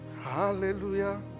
Hallelujah